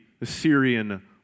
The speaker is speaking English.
Assyrian